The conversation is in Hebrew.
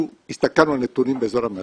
אנחנו הסתכלנו על נתונים באזור המרכז.